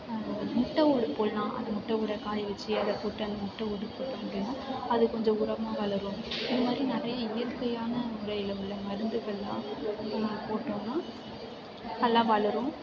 முட்டை ஓடு போடலாம் அந்த முட்டை ஓடை காய வச்சு அதை போட்டு அந்த முட்டை ஓடு போட்டோம் அப்படின்னா அது கொஞ்சம் உரமாக வளரும் இது மாதிரி நிறைய இயற்கையான முறையில் உள்ள மருந்துகளெல்லாம் நம்ம போட்டோம்னால் நல்லா வளரும்